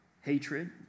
hatred